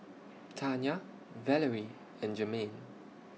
Tanya Valery and Jermain